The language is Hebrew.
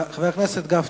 חבר הכנסת משה גפני.